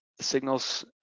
signals